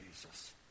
Jesus